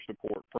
support